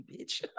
bitch